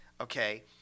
Okay